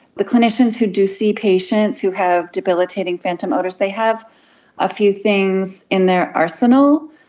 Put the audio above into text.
the clinicians who do see patients who have debilitating phantom odours they have a few things in their arsenal.